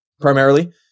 primarily